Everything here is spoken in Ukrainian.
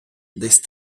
десь